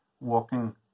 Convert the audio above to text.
walking